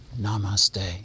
Namaste